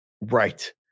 right